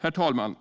Herr talman!